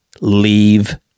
Leave